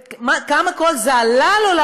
וכמה כל זה עלה לו,